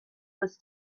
was